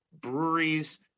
breweries